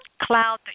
cloud